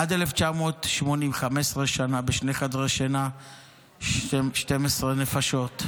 עד 1980, 15 שנה, היו בשני חדרי שינה 12 נפשות.